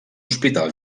hospital